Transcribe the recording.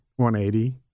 180